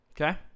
Okay